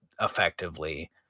effectively